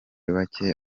bake